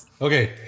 okay